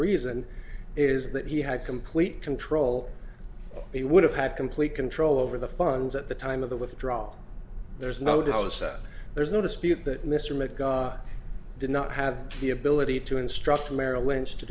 reason is that he had complete control he would have had complete control over the funds at the time of the withdrawal there's no doubt that there's no dispute that mr magara did not have the ability to instruct merrill lynch to